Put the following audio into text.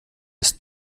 ist